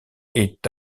est